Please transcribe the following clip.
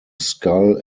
skull